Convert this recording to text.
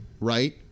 Right